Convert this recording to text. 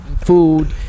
food